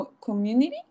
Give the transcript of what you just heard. community